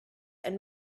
and